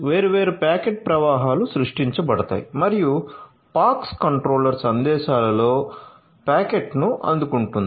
వేర్వేరు ప్యాకెట్ ప్రవాహాలు సృష్టించబడతాయి మరియు పాక్స్ కంట్రోలర్ సందేశాలలో ప్యాకెట్ను అందుకుంటుంది